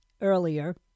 earlier